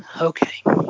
Okay